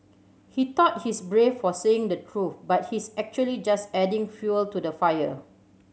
he thought he's brave for saying the truth but he's actually just adding fuel to the fire